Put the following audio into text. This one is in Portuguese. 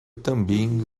também